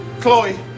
Chloe